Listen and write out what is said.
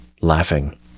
laughing